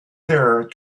there